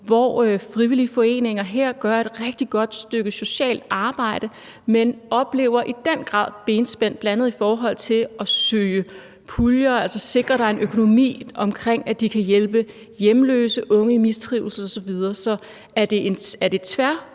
de frivillige foreninger gør et rigtig godt stykke socialt arbejde, men oplever i den grad benspænd, bl.a. i forhold til at søge puljer, altså sikre, at der er en økonomi omkring det, så de kan hjælpe hjemløse, unge i mistrivsel osv. Så er det et